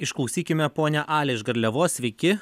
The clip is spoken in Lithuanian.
išklausykime ponią alę iš garliavos sveiki